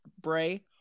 Bray